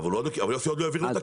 אבל יוסי עוד לא העביר לו את הכסף.